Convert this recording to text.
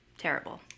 Terrible